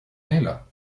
kayla